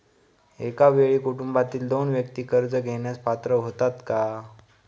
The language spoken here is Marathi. एका वेळी कुटुंबातील दोन व्यक्ती कर्ज घेण्यास पात्र होतात का?